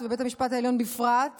ובית המשפט העליון בפרט,